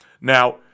Now